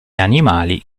animali